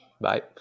Bye